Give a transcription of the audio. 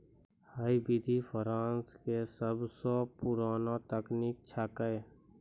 है विधि फ्रांस के सबसो पुरानो तकनीक छेकै